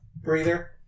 breather